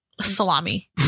salami